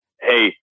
Hey